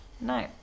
no